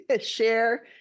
share